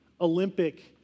Olympic